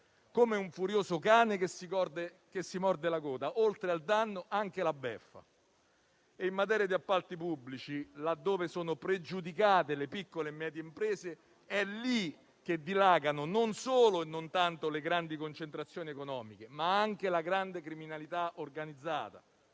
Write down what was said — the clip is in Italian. come un furioso cane che si morde la coda: oltre al danno, anche la beffa. In materia di appalti pubblici, laddove sono pregiudicate le piccole e medie imprese, è lì che dilagano non solo e non tanto le grandi concentrazioni economiche, ma anche la grande criminalità organizzata.